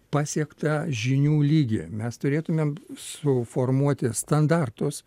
pasiektą žinių lygį mes turėtumėm suformuoti standartus